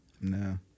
No